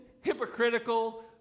hypocritical